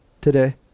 today